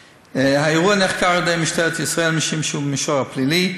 האירוע נחקר על-ידי משטרת ישראל משום שהוא במישור הפלילי,